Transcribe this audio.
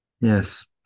Yes